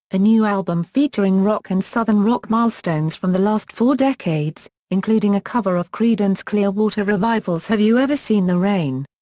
a new album featuring rock and southern rock milestones from the last four decades, including a cover of creedence clearwater revival's have you ever seen the rain,